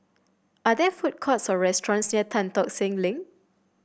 are there food courts or restaurants near Tan Tock Seng Link